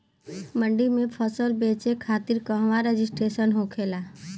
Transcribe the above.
मंडी में फसल बेचे खातिर कहवा रजिस्ट्रेशन होखेला?